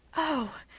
oh,